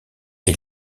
est